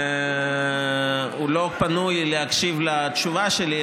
הוא לא פנוי להקשיב לתשובה שלי.